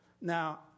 Now